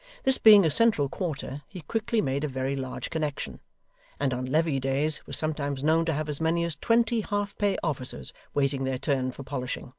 this being a central quarter, he quickly made a very large connection and on levee days, was sometimes known to have as many as twenty half-pay officers waiting their turn for polishing.